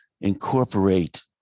incorporate